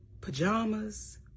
pajamas